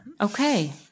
Okay